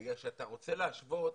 בגלל שאתה רוצה להשוות